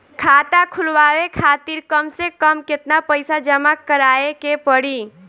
खाता खुलवाये खातिर कम से कम केतना पईसा जमा काराये के पड़ी?